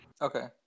Okay